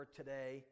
today